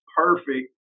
perfect